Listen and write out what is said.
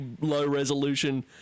low-resolution